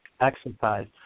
exercise